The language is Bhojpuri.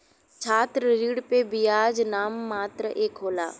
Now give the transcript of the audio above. छात्र ऋण पे बियाज नाम मात्र क होला